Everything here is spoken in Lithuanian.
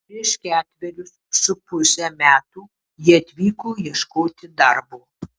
prieš ketverius su puse metų ji atvyko ieškoti darbo